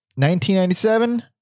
1997